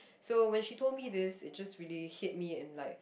so when she told me this it just really hit me and like